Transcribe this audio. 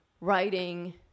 writing